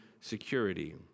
security